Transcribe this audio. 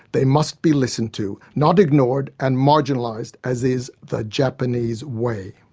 they must be listened to, not ignored and marginalised as is the japanese way.